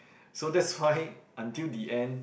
so that's why until the end